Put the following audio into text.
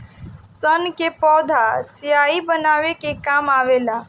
सन के पौधा स्याही बनावे के काम आवेला